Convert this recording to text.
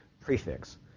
prefix